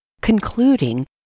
concluding